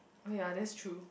oh ya that's true